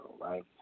Right